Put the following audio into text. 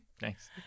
Thanks